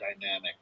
dynamic